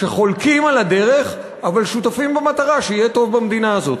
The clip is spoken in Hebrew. שחלוקים על הדרך אבל שותפים במטרה שיהיה טוב במדינה הזאת.